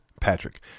Patrick